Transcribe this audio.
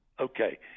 Okay